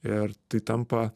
ir tai tampa